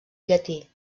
llatí